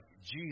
Jesus